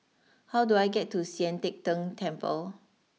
how do I get to Sian Teck Tng Temple